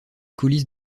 coulisses